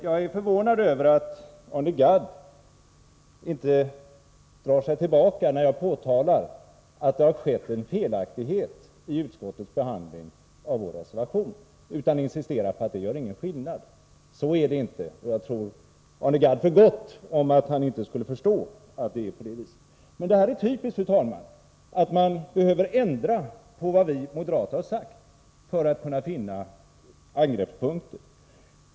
Jag är förvånad över att Arne Gadd inte drar sig tillbaka när jag påtalar att det har skett en felaktighet i utskottets behandling av vår reservation, utan insisterar och säger att den inte gör någon skillnad. Jag tror Arne Gadd om alltför gott för att kunna tro att han inte skulle förstå hur det förhåller sig. Men det här är typiskt, fru talman: Man måste ändra på vad vi moderater har sagt för att kunna finna angreppspunkter.